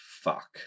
Fuck